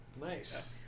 Nice